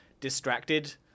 distracted